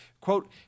quote